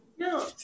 No